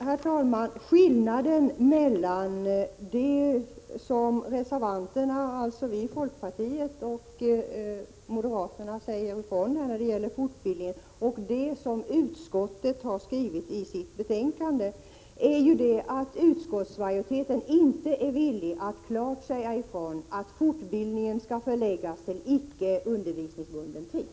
Herr talman! Skillnaden mellan det som reservanterna, dvs. vi i folkpartiet och moderaterna, säger när det gäller fortbildningen och det som utskottsmajoriteten har skrivit i betänkandet är ju att utskottsmajoriteten inte är villig att klart säga ifrån att fortbildningen skall förläggas till icke undervisningsbunden tid.